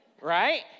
Right